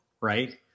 right